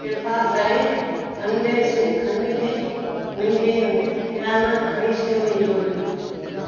कृपा करे खंड खे मुंहिंजी किराना फ़हिरिस्त में जोड़ियो